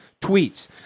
tweets